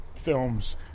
films